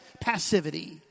passivity